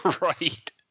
Right